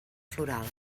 floral